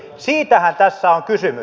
siitähän tässä on kysymys